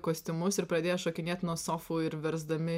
kostiumus ir pradėjo šokinėt nuo sofų ir versdami